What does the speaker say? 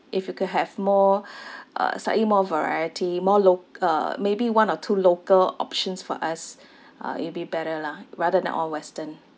if you could have more uh slightly more variety more loc~ uh maybe one or two local options for us uh it'll be better lah rather than all western